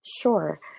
Sure